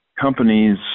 companies –